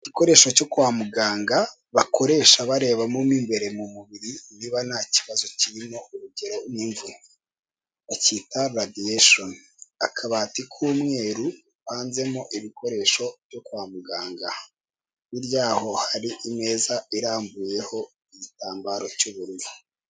Igikoresho cyo kwa muganga bakoresha barebamo mo imbere mu mubiri niba nta kibazo kirimo, urugero nk'imvune bakita Radiation, akabati k'umweru gapanzemo ibikoresho byo kwa muganga, hirya yaho hari imeza irambuyeho igitambaro cy'ubururu.